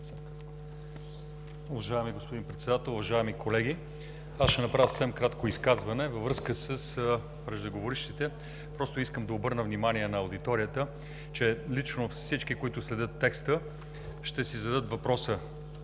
Уважаеми господин Председател, уважаеми колеги! Аз ще направя съвсем кратко изказване във връзка с преждеговорившите. Искам да обърна внимание на аудиторията, че лично всички, които следят текста, ще си зададат въпроса